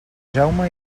jaume